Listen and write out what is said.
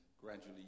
gradually